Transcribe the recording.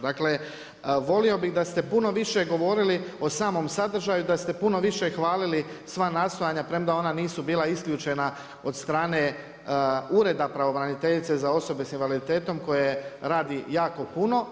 Dakle, volio bih da ste puno više govorili o samom sadržaju, da ste puno više hvalili sva nastojanja, premda ona nisu bila isključena od strane Ureda pravobraniteljice za osobe sa invaliditetom koje radi jako puno.